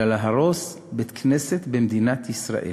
אלא להרוס בית-כנסת במדינת ישראל.